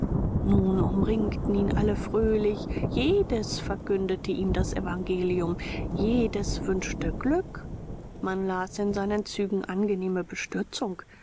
nun umringten ihn alle fröhlich jedes verkündete ihm das evangelium jedes wünschte glück man las in seinen zügen angenehme bestürzung